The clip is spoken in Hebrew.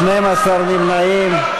12 נמנעים.